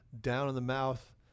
down-in-the-mouth